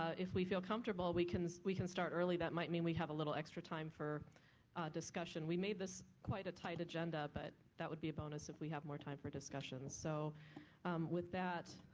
ah if we feel comfortable, we can can start early that, might mean we have a little extra time for discussion. we made this quite a tight agenda, but that would be a bonus if we have more time for discussion. so with that,